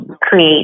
create